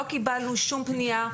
לא קיבלנו שום פנייה,